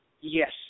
Yes